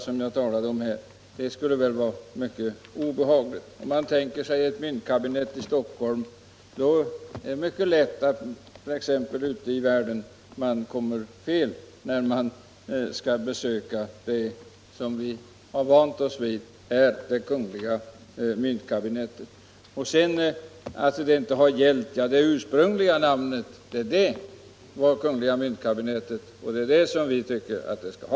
Det är t.ex. lätt för utlänningar att komma fel när de skall besöka myntkabinettet i Stockholm, som vi har vant oss vid heter kungl. myntkabinettet. Herr Green säger att det namnet inte har gällt sedan 1957. Det ursprungliga namnet var emellertid kungl. myntkabinettet, och det är det namnet som vi tycker att det skall ha.